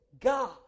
God